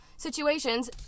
situations